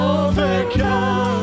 overcome